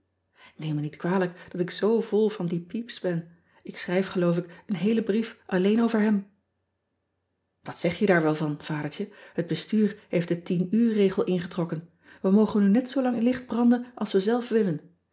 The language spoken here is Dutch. eem me niet kwalijk dat ik zoo vol van dien epys ben k schrijf geloof ik een heelen brief alleen over hem at zeg je daar wel van adertje het bestuur heeft de uur regel ingetrokken e mogen nu niet zoo lang licht branden als we zelf willen